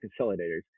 consolidators